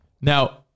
Now